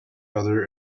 other